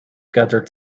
gathered